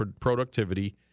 productivity